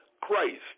Christ